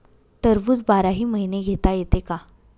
टरबूज बाराही महिने घेता येते का?